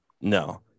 no